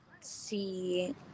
see